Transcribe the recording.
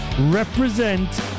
represent